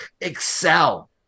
excel